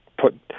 put